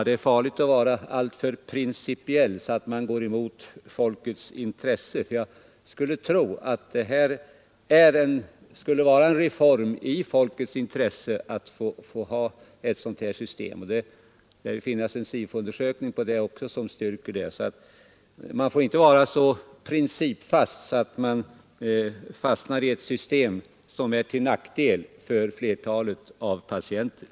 Det är farligt att vara alltför principiell, så att man går emot folkets intresse. Jag skulle nämligen tro att det är en reform i folkets intresse att få ha ett sådant system. Det lär också finnas en SIFO-undersökning som bestyrker detta. Man får inte vara så principfast att man fastnar i ett system som är till nackdel för flertalet av patienterna.